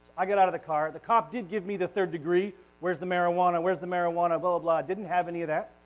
i get out of the car. the cop did give me the third degree, where's the marijuana, where's the marijuana, blah, blah, blah. didn't have any of that.